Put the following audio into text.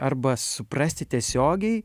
arba suprasti tiesiogiai